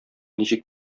ничек